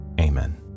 amen